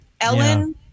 Ellen